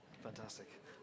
Fantastic